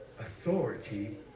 authority